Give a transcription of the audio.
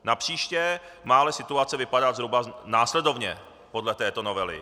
Napříště má ale situace vypadat zhruba následovně podle této novely.